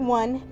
one